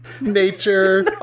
nature